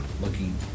looking